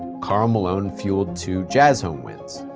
karl malone fueled two jazz home wins.